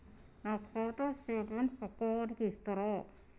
నా ఖాతా స్టేట్మెంట్ పక్కా వారికి ఇస్తరా?